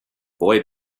boy